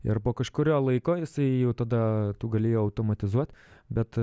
ir po kažkurio laiko jisai jau tada tu gali automatizuot bet